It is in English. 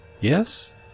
Yes